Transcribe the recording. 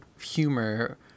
humor